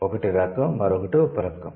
ఒకటి రకం మరొకటి ఉప రకం